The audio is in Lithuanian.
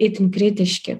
itin kritiški